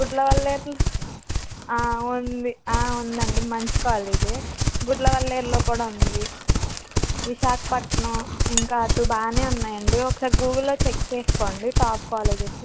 గుడ్లవల్లేరు ఉంది ఉందండి మంచి కాలేజే గుడ్లవల్లేరులో కూడా ఉంది విశాఖపట్నం ఇంకా అటు బానే ఉన్నాయండి ఒకసారి గూగుల్లో చెక్ చేసుకోండి టాప్ కాలేజెస్